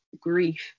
grief